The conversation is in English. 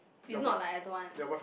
is not like I don't want